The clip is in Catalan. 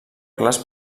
clars